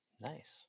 Nice